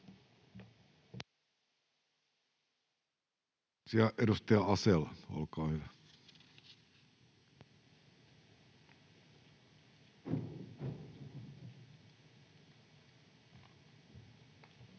Edustaja Asell, olkaa hyvä.